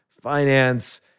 finance